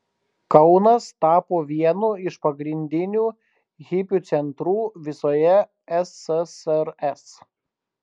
kaunas tapo vienu iš pagrindinių hipių centrų visoje ssrs